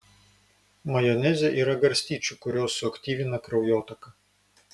majoneze yra garstyčių kurios suaktyvina kraujotaką